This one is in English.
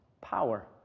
power